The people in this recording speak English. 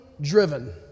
driven